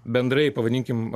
bendrai pavadinkim